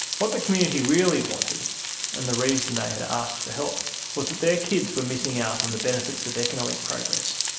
what the community really wanted and the reason they had asked for help was that their kids were missing out on the benefits of economic progress.